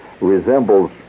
resembles